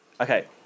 Okay